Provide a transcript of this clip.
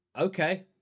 okay